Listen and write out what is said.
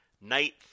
Night